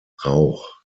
rauch